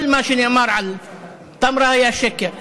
כל מה שנאמר על טמרה היה שקר.